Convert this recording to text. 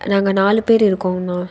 நாங்கள் நாலு பேர் இருக்கோங்கண்ணா